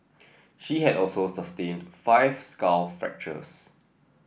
she had also sustained five skull fractures